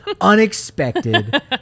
Unexpected